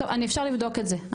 אפשר לבדוק את זה.